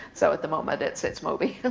so at the moment it's it's moby. and